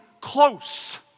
close